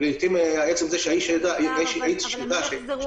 לעתים עצם זה שהאיש ידע --- אבל הם לא יחזרו